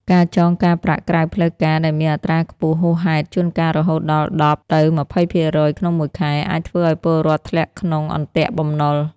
ការចងការប្រាក់ក្រៅផ្លូវការដែលមានអត្រាខ្ពស់ហួសហេតុ (ជួនកាលរហូតដល់ ១០-២០% ក្នុងមួយខែ) អាចធ្វើឱ្យពលរដ្ឋធ្លាក់ក្នុង "អន្ទាក់បំណុល"។